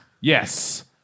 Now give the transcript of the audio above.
Yes